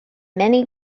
many